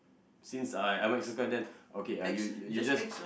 since I I might circle then okay you you just